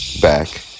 back